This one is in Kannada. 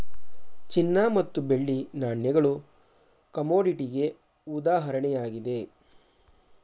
ಚಿನ್ನ ಮತ್ತು ಬೆಳ್ಳಿ ನಾಣ್ಯಗಳು ಕಮೋಡಿಟಿಗೆ ಉದಾಹರಣೆಯಾಗಿದೆ